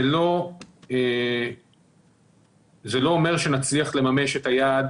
זה לא אומר שנצליח לממש את היעד